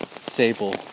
Sable